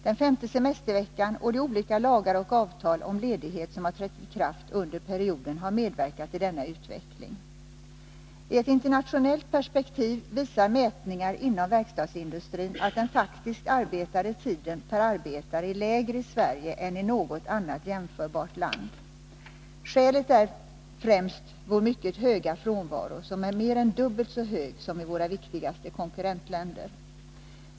Den femte semesterveckan och de olika lagar och avtal om ledighet som har trätt i kraft under perioden har medverkat till denna utveckling. I ett internationellt perspektiv visar mätningar inom verkstadsindustrin att den faktiskt arbetade tiden per arbetare är lägre i Sverige än i något annat jämförbart land. Skälet är främst vår mycket höga frånvaro, som är mer än dubbelt så hög som i våra viktigaste konkurrentländer.